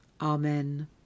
Amen